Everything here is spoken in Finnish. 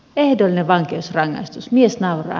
ehdollinen vankeusrangaistus mies nauraa